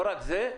לא רק זה,